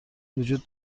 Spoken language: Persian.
وجود